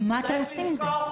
מה אתם עושים עם זה?